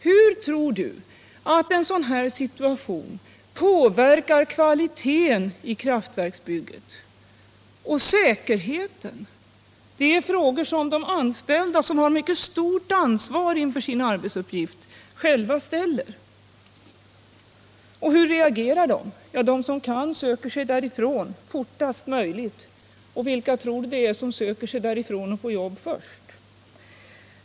Hur tror du att en sådan här situation påverkar kvaliteten och säkerheten i kraftverksbygget? Det är frågor som de anställda, som känner mycket stort ansvar inför sin arbetsuppgift, själva ställer. Och hur reagerar de? Ja, de som kan söker sig därifrån, fortast möjligt. Och vilka tror du det är som först söker sig därifrån och får jobb någon annanstans?